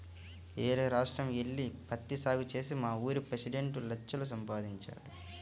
యేరే రాష్ట్రం యెల్లి పత్తి సాగు చేసి మావూరి పెసిడెంట్ లక్షలు సంపాదించాడు